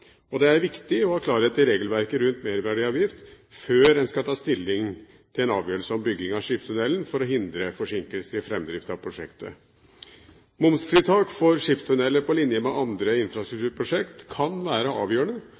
Det er viktig å ha klarhet i regelverket rundt merverdiavgift før en skal ta stilling til en avgjørelse om bygging av skipstunnelen for å hindre forsinkelser i framdrift av prosjektet. Momsfritak for skipstunneler på linje med andre infrastrukturprosjekter kan være avgjørende